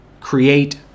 create